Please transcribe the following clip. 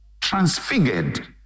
transfigured